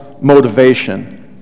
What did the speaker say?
motivation